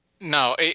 No